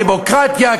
דמוקרטיה,